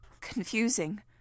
confusing